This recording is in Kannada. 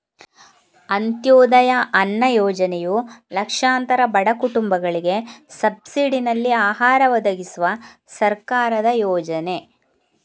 ಅಂತ್ಯೋದಯ ಅನ್ನ ಯೋಜನೆಯು ಲಕ್ಷಾಂತರ ಬಡ ಕುಟುಂಬಗಳಿಗೆ ಸಬ್ಸಿಡಿನಲ್ಲಿ ಆಹಾರ ಒದಗಿಸುವ ಸರ್ಕಾರದ ಯೋಜನೆ